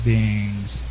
beings